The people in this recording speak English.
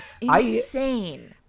Insane